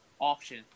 option